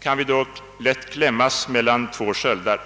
kan vi då lätt klämmas mellan två sköldar.